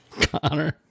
Connor